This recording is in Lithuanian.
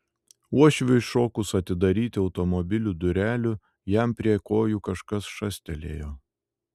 uošviui šokus atidaryti automobilio durelių jam prie kojų kažkas šastelėjo